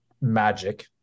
magic